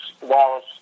Wallace